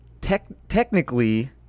Technically